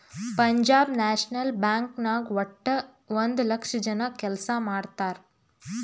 Punjab National Bank ನಾಗ್ ವಟ್ಟ ಒಂದ್ ಲಕ್ಷ ಜನ ಕೆಲ್ಸಾ ಮಾಡ್ತಾರ್